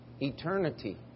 eternity